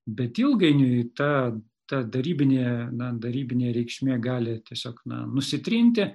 bet ilgainiui ta ta darybinė na darybinė reikšmė gali tiesiog na nusitrinti